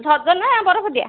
ସଜ ନା ବରଫ ଦିଆ